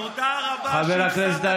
תודה רבה שהפסדת את הבחירות.